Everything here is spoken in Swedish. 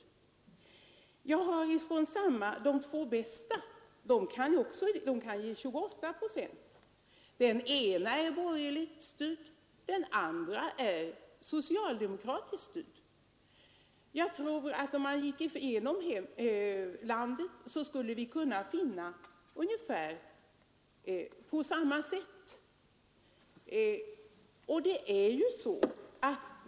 De två bästa kommunerna kan ge tillsyn åt 28 procent av barnen, och även där är den ena kommunen borgerligt och den andra socialdemokratiskt styrd. Om man går igenom hela landet, så tror jag att man skall finna att det är på ungefär samma sätt.